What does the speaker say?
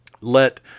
let